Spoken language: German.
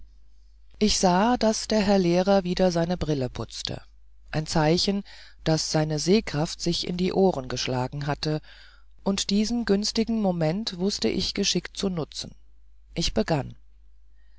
ich sah daß der herr lehrer wieder seine brille putzte ein zeichen daß seine sehkraft sich in die ohren geschlagen hatte und diesen günstigen moment wußte ich geschickt zu benutzen ich begann